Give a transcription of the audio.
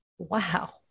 Wow